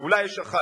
אולי יש אחת,